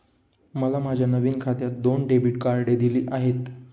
मला माझ्या नवीन खात्यात दोन डेबिट कार्डे दिली आहेत